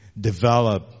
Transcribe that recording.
develop